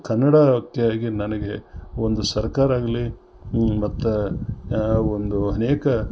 ಕನ್ನಡಕ್ಕೆಯಾಗಿ ನನಗೆ ಒಂದು ಸರ್ಕಾರ ಆಗಲಿ ಮತ್ತು ಒಂದು ಅನೇಕ